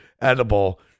edible